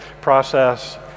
process